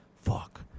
Fuck